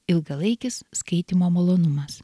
ilgalaikis skaitymo malonumas